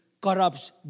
corrupts